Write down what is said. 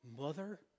Mother